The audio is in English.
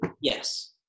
Yes